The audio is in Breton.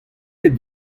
ket